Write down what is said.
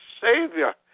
Savior